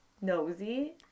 nosy